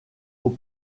aux